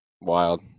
Wild